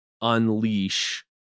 unleash